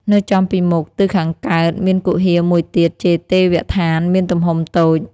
នៅចំពីមុខទិសខាងកើត មានគុហាមួយទៀតជាទេវស្ថាន មានទំហំតូច